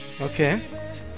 Okay